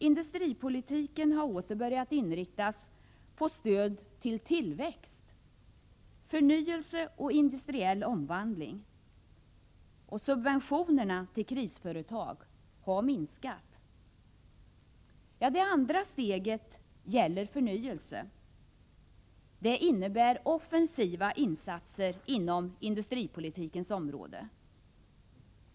Industripolitiken har åter börjat inriktas på stöd till tillväxt, förnyelse och industriell omvandling, och subventionerna till krisföretag har minskat. Det andra steget gäller ”förnyelse”. Det innebär offensiva insatser inom industripolitikens område.